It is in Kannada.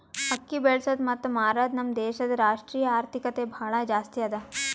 ಅಕ್ಕಿ ಬೆಳಸದ್ ಮತ್ತ ಮಾರದ್ ನಮ್ ದೇಶದ್ ರಾಷ್ಟ್ರೀಯ ಆರ್ಥಿಕತೆಗೆ ಭಾಳ ಜಾಸ್ತಿ ಅದಾ